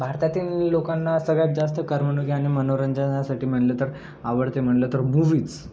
भारतातील लोकांना सगळ्यात जास्त कर्मणुकी आणि मनोरंजनासाठी म्हटलं तर आवडते म्हटलं तर मूव्हीच